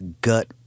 gut